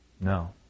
No